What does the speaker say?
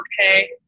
okay